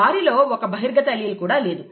వారిలో ఒక బహిర్గత అల్లీల్ కూడా లేదు